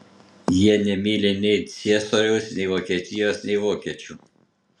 jie nemyli nei ciesoriaus nei vokietijos ir nei vokiečių